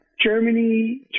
Germany